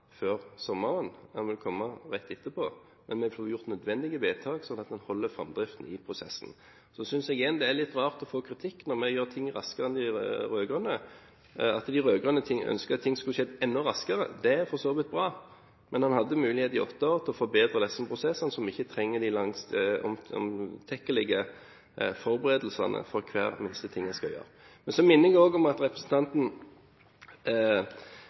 prosessen. Så synes jeg igjen det er litt rart å få kritikk når vi gjør ting raskere enn de rød-grønne. Det at de rød-grønne ønsker at ting skulle ha skjedd enda raskere, er for så vidt bra, men en hadde mulighet i åtte år til å forbedre disse prosessene sånn at en ikke hadde trengt de langtekkelige forberedelsene for hver minste ting en skal gjøre. Så minner jeg også om at representanten